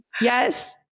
Yes